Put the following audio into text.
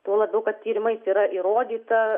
tuo labiau kad tyrimais yra įrodyta